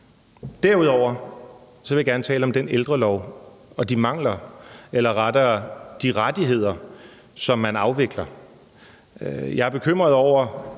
Derudover vil jeg gerne tale om ældreloven og dens mangler, eller rettere de rettigheder, som man afvikler.